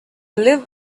live